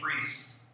priests